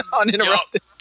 uninterrupted